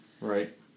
Right